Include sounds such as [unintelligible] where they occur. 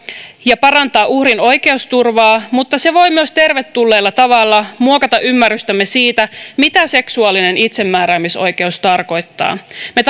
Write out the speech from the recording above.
ja parantaa uhrin oikeusturvaa mutta se voi myös tervetulleella tavalla muokata ymmärrystämme siitä mitä seksuaalinen itsemääräämisoikeus tarkoittaa me [unintelligible]